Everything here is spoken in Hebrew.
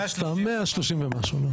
130 ומשהו.